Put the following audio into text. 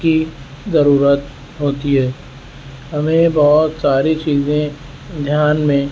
کی ضرورت ہوتی ہے ہمیں بہت ساری چیزیں دھیان میں